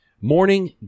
morning